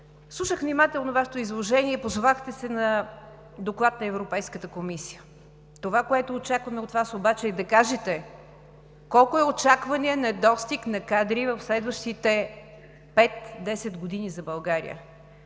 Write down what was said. Слушах внимателно Вашето изложение, позовахте се на доклад на Европейската комисия. Това, което очакваме от Вас, е да кажете колко е очакваният недостиг на кадри в следващите пет, десет години за България.